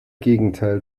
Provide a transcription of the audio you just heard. gegenteil